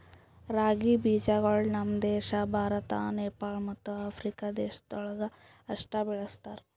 ರಾಗಿ ಬೀಜಗೊಳ್ ನಮ್ ದೇಶ ಭಾರತ, ನೇಪಾಳ ಮತ್ತ ಆಫ್ರಿಕಾ ದೇಶಗೊಳ್ದಾಗ್ ಅಷ್ಟೆ ಬೆಳುಸ್ತಾರ್